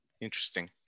Interesting